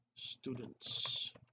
students